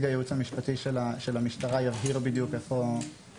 הייעוץ המשפטי של המשטרה יבהיר היכן זה פוגש את